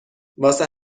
واسه